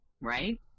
right